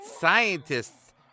scientists